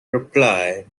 replied